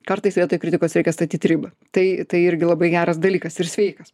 kartais vietoj kritikos reikia statyt ribą tai tai irgi labai geras dalykas ir sveikas